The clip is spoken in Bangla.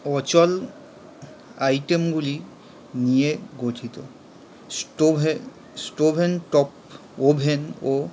অচল আইটেমগুলি নিয়ে গঠিত হ্যান্ডহেল্ড স্টোভে স্টোভের টপ ওভেন ও